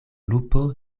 lupo